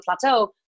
plateau